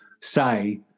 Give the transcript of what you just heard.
say